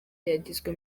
yagizwe